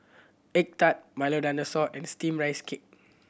egg tart Milo Dinosaur and Steamed Rice Cake